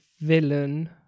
villain